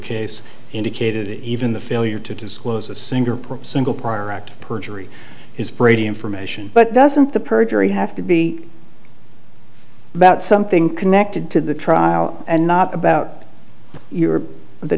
case indicated even the failure to disclose a single purpose single prior act perjury has brady information but doesn't the perjury have to be about something connected to the trial and not about you or the